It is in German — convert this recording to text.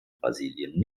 brasilien